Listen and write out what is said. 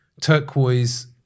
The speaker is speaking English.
Turquoise